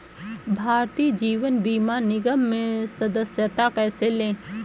भारतीय जीवन बीमा निगम में सदस्यता कैसे लें?